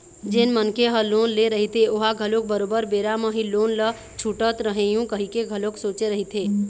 जेन मनखे ह लोन ले रहिथे ओहा घलोक बरोबर बेरा म ही लोन ल छूटत रइहूँ कहिके घलोक सोचे रहिथे